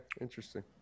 interesting